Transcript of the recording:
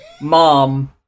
mom